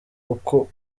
uko